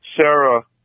Sarah